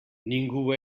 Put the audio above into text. ningú